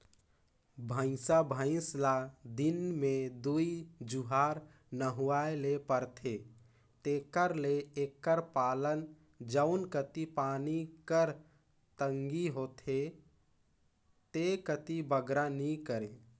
भंइसा भंइस ल दिन में दूई जुवार नहुवाए ले परथे तेकर ले एकर पालन जउन कती पानी कर तंगी होथे ते कती बगरा नी करें